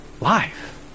life